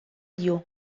dio